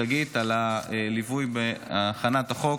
שגית, על הליווי בהכנת החוק.